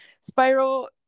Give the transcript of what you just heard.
spiral